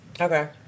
Okay